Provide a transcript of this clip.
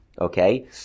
Okay